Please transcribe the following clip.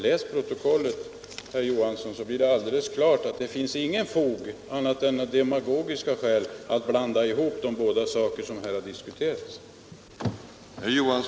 Läs protokollet, herr Johansson, så blir det alldeles klart att det inte — annat än av demagogiska skäl — finns något fog för att blanda ihop de båda saker som här har diskuterats.